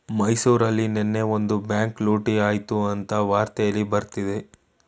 ಮೈಸೂರಲ್ಲಿ ನೆನ್ನೆ ಒಂದು ಬ್ಯಾಂಕ್ ಲೂಟಿ ಆಯ್ತು ಅಂತ ವಾರ್ತೆಲ್ಲಿ ಬರ್ತಿದೆ